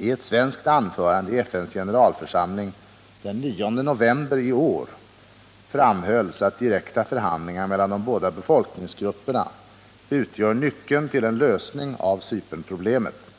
I ett svenskt anförande i FN:s generalförsamling den 9 november i år framhölls att direkta förhandlingar mellan de båda befolkningsgrupperna utgör nyckeln till en lösning av Cypernproblemet.